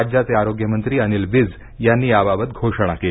राज्याचे आरोग्यमंत्री अनिल विज यांनी याबाबत घोषणा केली